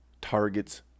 targets